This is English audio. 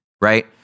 right